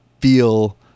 feel